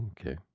Okay